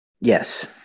Yes